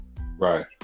Right